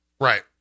right